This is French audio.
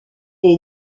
est